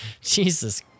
Jesus